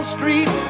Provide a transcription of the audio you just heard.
Street